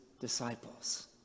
disciples